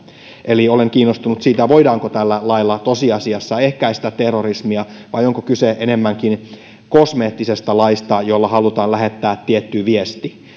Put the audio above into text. eli olen kiinnostunut siitä voidaanko tällä lailla tosiasiassa ehkäistä terrorismia vai onko kyse enemmänkin kosmeettisesta laista jolla halutaan lähettää tietty viesti